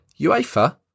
UEFA